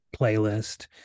playlist